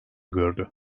gördü